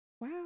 wow